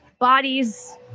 bodies